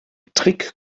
trick